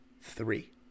Three